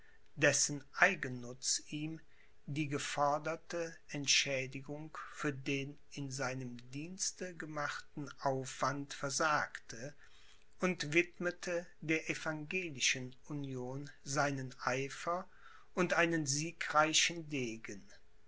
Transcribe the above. dessen eigennutz ihm die geforderte entschädigung für den in seinem dienste gemachten aufwand versagte und widmete der evangelischen union seinen eifer und einen siegreichen degen